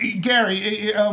Gary